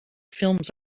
films